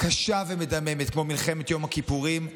קשה ומדממת כמו מלחמת יום הכיפורים,